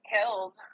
killed